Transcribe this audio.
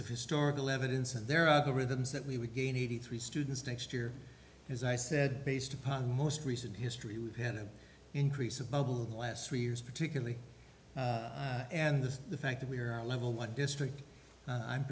of historical evidence and there of the rhythms that we would gain eighty three students next year as i said based upon the most recent history we've had an increase of bubble of the last three years particularly and the fact that we're at level one district i'm